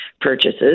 purchases